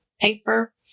paper